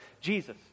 Jesus